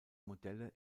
modelle